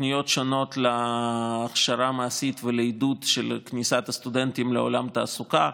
תוכניות שונות להכשרה מעשית ולעידוד של כניסת הסטודנטים לעולם התעסוקה,